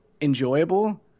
enjoyable